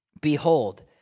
Behold